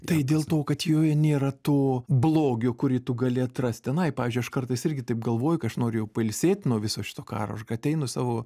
tai dėl to kad joje nėra to blogio kurį tu gali atrast tenai pavyzdžiui aš kartais irgi taip galvoju kai aš noriu jau pailsėt nuo viso šito karo aš ateinu į savo